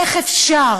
איך אפשר